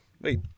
Wait